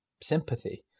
sympathy